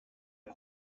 une